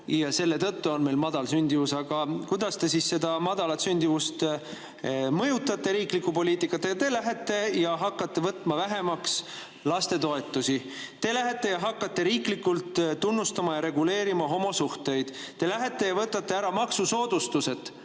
ja selle tõttu on meil madal sündimus. Aga kuidas te siis seda madalat sündimust mõjutate riikliku poliitikaga? Te lähete ja hakkate võtma vähemaks lastetoetusi. Te lähete ja hakkate riiklikult tunnustama ja reguleerima homosuhteid. Te lähete ja võtate ära maksusoodustused